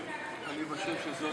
בבקשה,